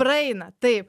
praeina taip